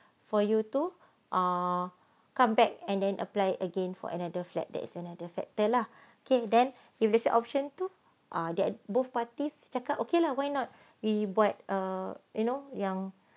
for you to uh come back and then apply again for another flat there is another factor lah okay then if there's an option two that both parties cakap okay lah why not we bought uh you know yang